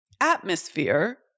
atmosphere